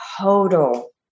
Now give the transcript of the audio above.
total